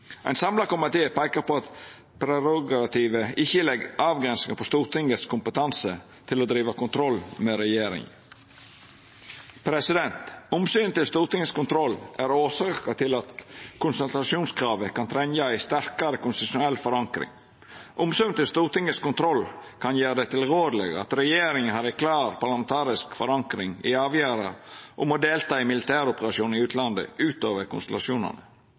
Ein samla komité peiker på at prerogativet ikkje legg avgrensingar på Stortingets kompetanse til å driva kontroll med regjeringa. Omsynet til Stortingets kontroll er årsaka til at konsultasjonskravet kan trenga ei sterkare konstitusjonell forankring. Omsynet til Stortingets kontroll kan gjera det tilrådeleg at regjeringa har ei klar parlamentarisk forankring i avgjerda om å delta i militæroperasjonar i utlandet utover